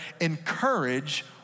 encourage